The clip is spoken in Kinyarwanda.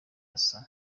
asa